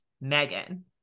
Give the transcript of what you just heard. Megan